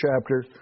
chapter